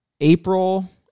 April